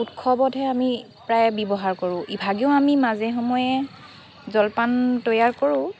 উৎসৱতহে আমি প্ৰায় ব্যৱহাৰ কৰোঁ ইভাগেও আমি মাজে সময়ে জলপান তৈয়াৰ কৰোঁ